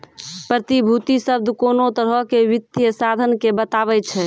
प्रतिभूति शब्द कोनो तरहो के वित्तीय साधन के बताबै छै